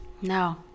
No